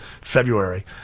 February